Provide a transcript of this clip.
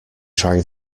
trying